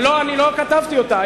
ולא אני כתבתי אותה,